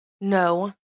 No